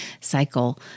cycle